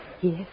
Yes